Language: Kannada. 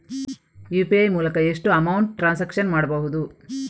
ಯು.ಪಿ.ಐ ಮೂಲಕ ಎಷ್ಟು ಅಮೌಂಟ್ ಟ್ರಾನ್ಸಾಕ್ಷನ್ ಮಾಡಬಹುದು?